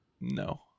No